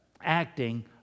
acting